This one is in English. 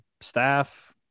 staff